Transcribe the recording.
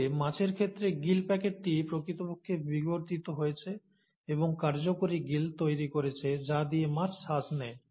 তবে মাছের ক্ষেত্রে গিল প্যাকেটটি প্রকৃতপক্ষে বিবর্তিত হয়েছে এবং কার্যকরী গিল তৈরি করেছে যা দিয়ে মাছ শ্বাস নেয়